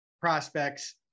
prospects